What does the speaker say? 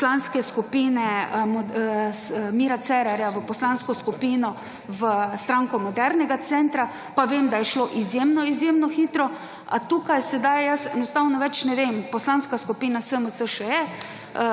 poslanske skupine Mira Cerarja v Poslansko skupino Stranko modernega centra, pa vem, da je šlo izjemno, izjemno hitro. A tukaj sedaj jaz enostavno več ne vem. Poslanska skupina SMC še je,